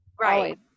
Right